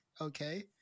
okay